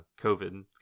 covid